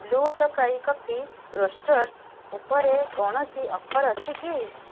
blue Tokai Coffee Roasters ଉପରେ କୌଣସି offer ଅଛି କି